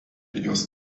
jos